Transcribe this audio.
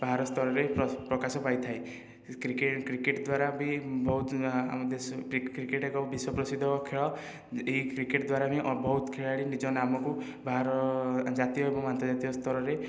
ବାହାର ସ୍ତରରେ ପ୍ରକାଶ ପାଇଥାଏ କ୍ରିକେଟ କ୍ରିକେଟ ଦ୍ୱାରା ବି ବହୁତ ଆମ ଦେଶ କ୍ରିକେଟ ଏକ ବିଶ୍ୱ ପ୍ରସିଦ୍ଧ ଖେଳ ଏହି କ୍ରିକେଟ ଦ୍ୱାରା ହିଁ ବହୁତ ଖେଳାଳି ନିଜ ନାମକୁ ବାହାର ଜାତୀୟ ଏବଂ ଆନ୍ତର୍ଜାତୀୟ ସ୍ତରରେ